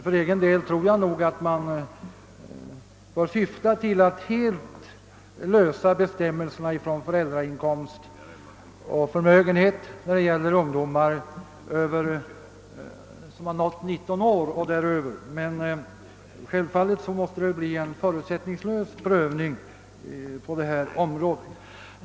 För egen del tror jag att man bör syfta till att helt ta bort bestämmelserna om föräldrarnas inkomstoch förmösgenhetsförhållanden då det gäller ungdomar i åldern 19 år och däröver. Men det säger sig självt att det måste bli en förutsättningslös prövning i detta avseende.